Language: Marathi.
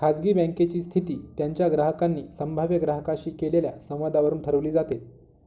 खाजगी बँकेची स्थिती त्यांच्या ग्राहकांनी संभाव्य ग्राहकांशी केलेल्या संवादावरून ठरवली जाते